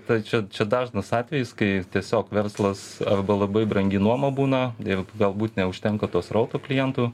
tai čia čia dažnas atvejis kai tiesiog verslas arba labai brangi nuoma būna ir galbūt neužtenka to srauto klientų